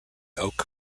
oak